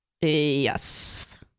Yes